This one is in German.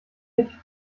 nicht